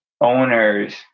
owners